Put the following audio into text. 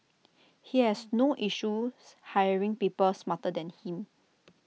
he has no issues hiring people smarter than him